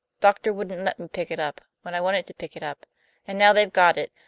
doctor wouldn't let me pick it up, when i wanted to pick it up and now they've got it,